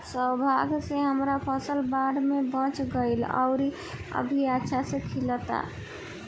सौभाग्य से हमर फसल बाढ़ में बच गइल आउर अभी अच्छा से खिलता